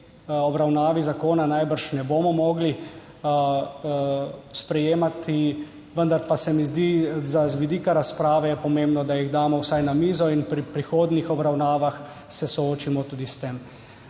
obravnavi zakona najbrž ne bomo mogli sprejemati, vendar pa se mi zdi, da je z vidika razprave pomembno, da jih damo vsaj na mizo in se pri prihodnjih obravnavah soočimo tudi s tem.